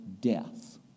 death